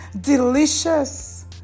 delicious